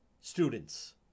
students